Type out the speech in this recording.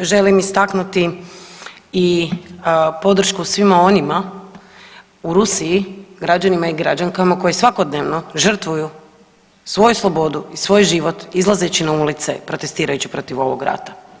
želim istaknuti i podršku svima onima u Rusiji građanima i građankama koji svakodnevno žrtvuju svoju slobodu i svoj život izlazeći na ulice, protestirajući protiv ovog rata.